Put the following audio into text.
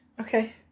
Okay